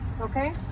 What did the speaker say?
Okay